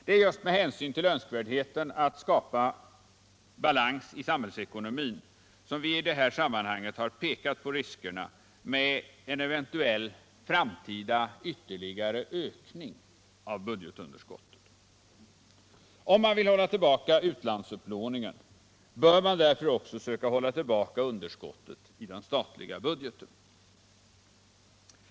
Det är just med hänsyn till önskvärdheten att skapa balans i samhällsekonomin som vi i det här sammanhanget har pekat på riskerna med en eventuell framtida ytterligare ökning av budgetunderskottet. Om man vill hålla tillbaka utlandsupplåningen bör man därför också söka hålla tillbaka underskottet i den statliga budgeten.